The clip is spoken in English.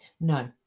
No